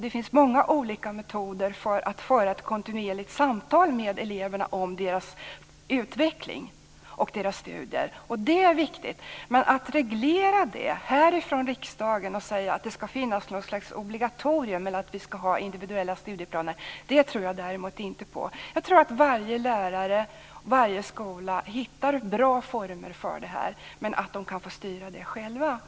Det finns många olika metoder för att föra ett kontinuerligt samtal med eleverna om deras utveckling och studier. Detta är viktigt. Men att härifrån riksdagen reglera det och säga att det ska finnas ett slags obligatorium eller att vi ska ha individuella studieplaner tror jag inte på. I stället tror jag att varje lärare och varje skola hittar bra former för detta men de kan få styra det här själva.